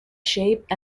shape